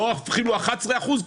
11 אחוז,